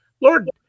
Lord